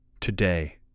Today